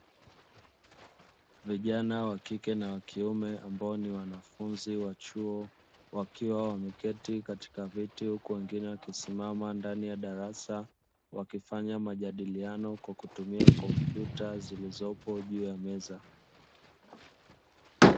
Vijana wa kike na wa kiume ambao ni wanafunzi wa chuo wakiwa wameketi katika viti huku wengine wakisimama ndani ya darasa wakifanya majadiliano kwa kutumia kompyuta zilizopo juu ya meza.